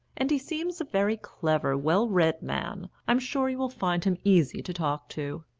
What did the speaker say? and he seems a very clever, well-read man, i am sure you will find him easy to talk to.